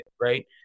right